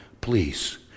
please